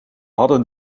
hadden